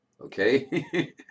Okay